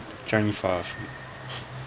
changi far from